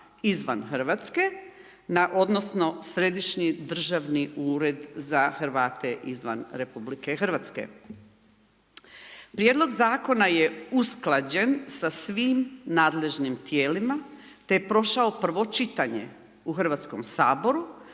izvan Hrvatske, odnosno, središnji državni ured za Hrvate izvan RH. Prijedlog Zakona je usklađen sa svim nadležnim tijelima, te je prošao prvo čitanje u Hrvatskom saboru,